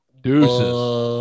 Deuces